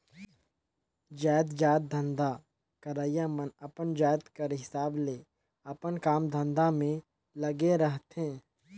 जाएतजात धंधा करइया मन अपन जाएत कर हिसाब ले अपन काम धंधा में लगे रहथें